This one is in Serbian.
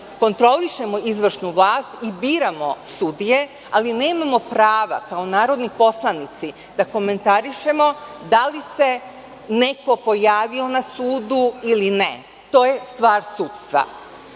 kontrolišemo izvršnu vlast i biramo sudije, ali nemamo prava kao narodni poslanici da komentarišemo da li se neko pojavio na sudu ili ne. To je stvar sudstva. Takođe,